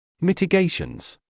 Mitigations